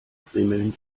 bimmelnd